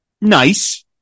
nice